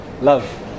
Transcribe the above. Love